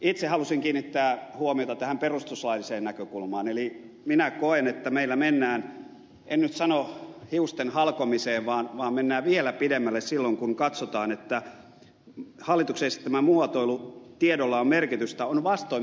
itse halusin kiinnittää huomiota tähän perustuslailliseen näkökulmaan eli minä koen että meillä mennään en nyt sano hiustenhalkomiseen vaan mennään vielä pidemmälle silloin kun katsotaan että hallituksen esittämä muotoilu tiedolla on merkitystä on vastoin meidän perustuslakiamme